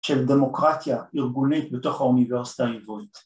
‫של דמוקרטיה ארגונית ‫בתוך האוניברסיטה העברית.